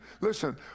Listen